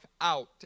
out